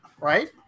right